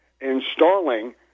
installing